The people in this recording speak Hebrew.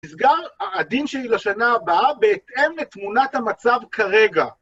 אתגר העדין שלי לשנה הבאה בהתאם לתמונת המצב כרגע.